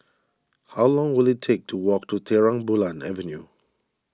how long will it take to walk to Terang Bulan Avenue